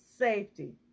safety